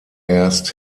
erst